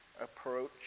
approach